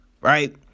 right